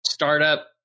Startup